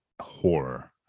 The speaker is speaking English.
horror